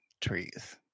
trees